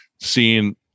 seeing